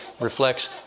reflects